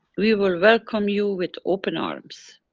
we will welcome you with open arms.